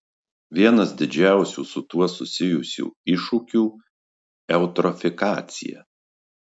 vienas didžiausių su tuo susijusių iššūkių eutrofikacija